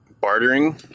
bartering